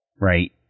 Right